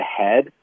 ahead